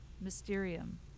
Mysterium